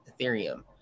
Ethereum